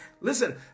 Listen